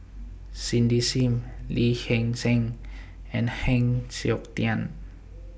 Cindy SIM Lee Hee Seng and Heng Siok Tian